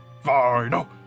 FINAL